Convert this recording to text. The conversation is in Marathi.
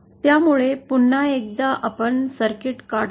त्यामुळे पुन्हा एकदा आपण आपले सर्किट काढतो